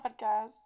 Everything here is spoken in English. podcast